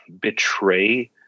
betray